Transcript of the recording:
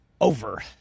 over